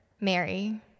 Mary